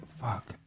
Fuck